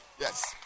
Yes